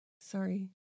Sorry